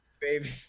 Baby